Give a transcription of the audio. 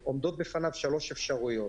עומדות בפניו שלוש אפשרויות,